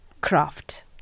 craft